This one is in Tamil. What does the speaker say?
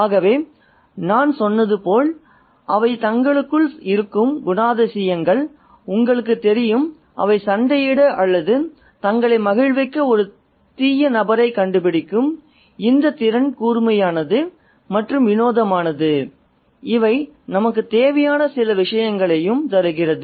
ஆகவே நான் சொன்னது போல் அவை தங்களுக்குள் இருக்கும் குணாதிசயங்கள் உங்களுக்குத் தெரியும் அவை சண்டையிட அல்லது தங்களை மகிழ்விக்க ஒரு தீய நபரைக் கண்டுபிடிக்கும் இந்த திறன் கூர்மையானது மற்றும் வினோதமானது இவை நமக்குத் தேவையான சில விஷயங்களையும் தருகிறது